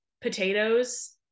potatoes